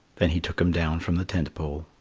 then he took him down from the tent pole.